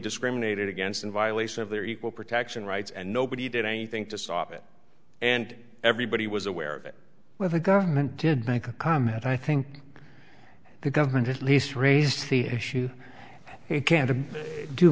discriminated against in violation of their equal protection rights and nobody did anything to stop it and everybody was aware of it when the government did make a comment i think the government at least raised the issue it can't do